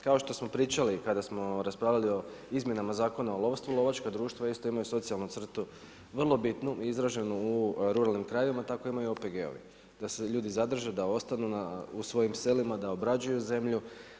Kao što smo pričali kada smo raspravljali o izmjenama Zakona o lovstvu, lovačka društva isto imaju socijalnu crtu vrlo bitnu i izraženu u ruralnim krajevima, tako imaju i OPG-ovi da se ljudi zadrže, da ostanu u svojim zemljama, da obrađuju zemlju.